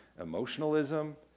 emotionalism